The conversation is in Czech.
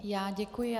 Já děkuji.